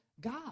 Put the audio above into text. God